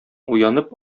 уянып